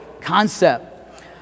concept